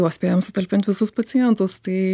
vos spėjam sutalpint visus pacientus tai